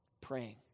praying